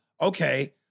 okay